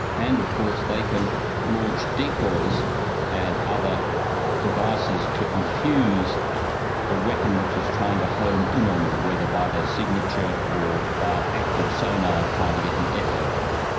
and of course they can launch decoys and other devices to confuse a weapon which is trying to home in on them, whether by their signature or by active sonar trying to get an echo back.